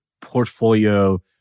portfolio